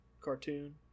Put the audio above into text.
cartoon